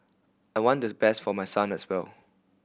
I want does best for my son as well